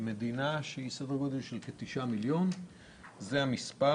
במדינה שהיא בסדר גודל של כ-9 מיליון זה המספר